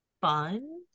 fun